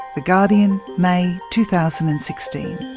the guardian, may two thousand and sixteen.